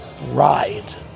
ride